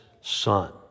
Son